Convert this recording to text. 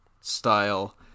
style